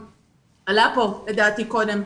שלדעתי הוא עלה כאן קודם לכן,